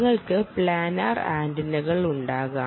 നിങ്ങൾക്ക് പ്ലാനാർ ആന്റിനകളുണ്ടാകാം